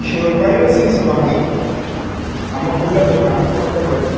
இது ஒரு ப்ரைவசின்னு சொல்வாங்கள்ல நமக்குள்ளே நமக்குட்பட்டது